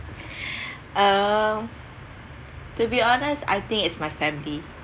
uh to be honest I think it's my family